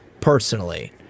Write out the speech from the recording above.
personally